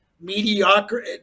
mediocre